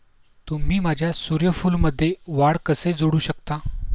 तुम्ही माझ्या सूर्यफूलमध्ये वाढ कसे जोडू शकता?